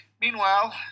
Meanwhile